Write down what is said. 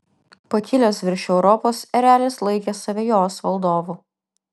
pakilęs virš europos erelis laikė save jos valdovu